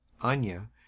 Anya